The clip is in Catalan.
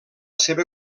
seva